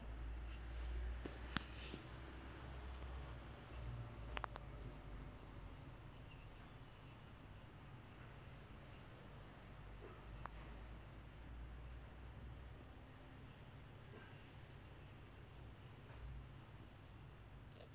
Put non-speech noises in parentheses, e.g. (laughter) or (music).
(noise)